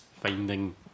finding